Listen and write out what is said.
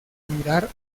mirar